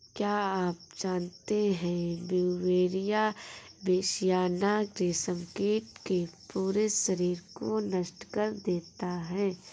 क्या आप जानते है ब्यूवेरिया बेसियाना, रेशम कीट के पूरे शरीर को नष्ट कर देता है